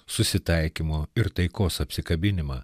susitaikymo ir taikos apsikabinimą